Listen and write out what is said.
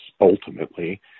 Ultimately